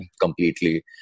completely